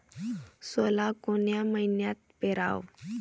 सोला कोन्या मइन्यात पेराव?